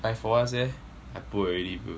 buy for us leh I put already bro